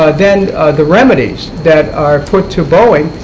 ah then the remedies that are put to boeing,